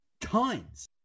tons